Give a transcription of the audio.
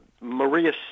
Maria